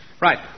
Right